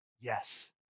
Yes